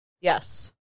Yes